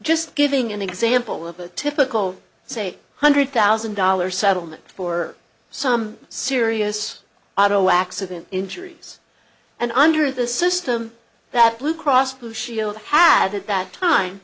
just giving an example of a typical say hundred thousand dollars settlement for some serious auto accident injuries and under the system that blue cross blue shield had at that time